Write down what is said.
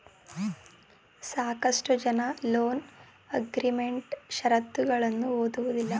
ಸಾಕಷ್ಟು ಜನ loan agreement ಶರತ್ತುಗಳನ್ನು ಓದುವುದಿಲ್ಲ